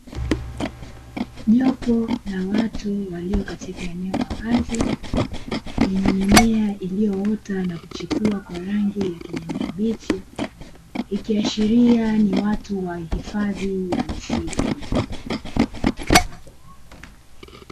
Jopo la watu walio katika eneo la wazi; lenye mimea iliyoota na kuchipua kwa rangi ya kijani kibichi, ikiashiria ni watu wa hifadhi ya misitu.